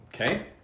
Okay